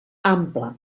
ample